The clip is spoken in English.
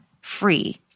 free